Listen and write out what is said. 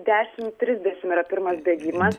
dešim trisdešim yra pirmas bėgimas